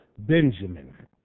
Benjamin